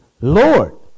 Lord